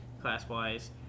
class-wise